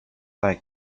like